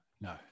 no